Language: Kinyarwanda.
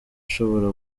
ushobora